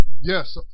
yes